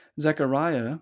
Zechariah